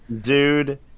Dude